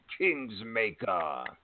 Kingsmaker